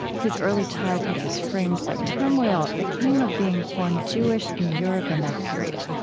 his early childhood was framed by turmoil that came of being born jewish in europe in that period.